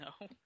No